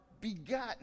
begotten